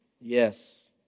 Yes